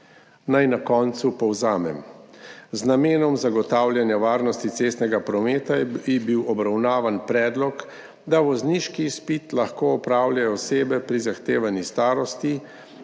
Naj na koncu povzamem. Z namenom zagotavljanja varnosti cestnega prometa je bil obravnavan predlog, da lahko vozniški izpit opravljajo osebe pri zahtevani starosti,